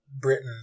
Britain